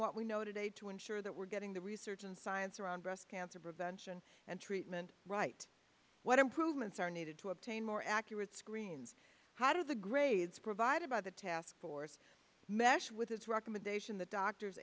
what we know today to ensure that we're getting the research in science around breast cancer prevention and treatment right what improvements are needed to obtain more accurate screens how do the grades provided by the task force mesh with its recommendation that doctors